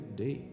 day